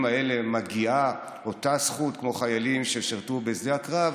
האלה מגיעה אותה זכות כמו לחיילים ששירתו בשדה הקרב,